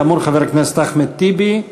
כאמור, חבר הכנסת אחמד טיבי,